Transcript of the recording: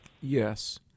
Yes